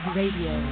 radio